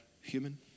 human